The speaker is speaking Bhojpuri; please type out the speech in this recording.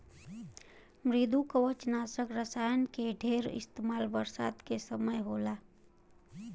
मृदुकवचनाशक रसायन के ढेर इस्तेमाल बरसात के समय होला